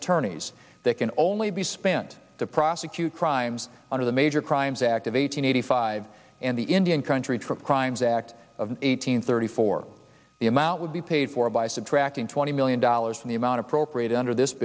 attorneys that can only be spent to prosecute crimes under the major crimes act of eight hundred eighty five and the indian country trip crimes act of eight hundred thirty four the amount would be paid for by subtracting twenty million dollars and the amount appropriate under this